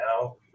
Now